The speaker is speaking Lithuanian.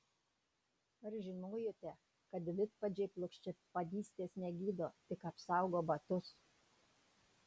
ar žinojote kad vidpadžiai plokščiapadystės negydo tik apsaugo batus